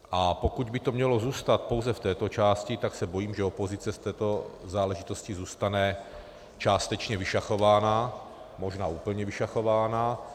A pokud by to mělo zůstat pouze v této části, tak se bojím, že opozice z této záležitosti zůstane částečně vyšachována, možná úplně vyšachována.